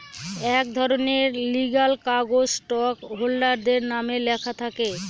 এক ধরনের লিগ্যাল কাগজ স্টক হোল্ডারদের নামে লেখা থাকে